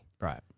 right